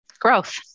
Growth